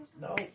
No